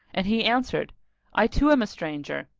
and he answered i too am a stranger!